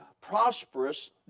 prosperous